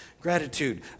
Gratitude